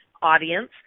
audience